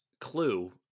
Clue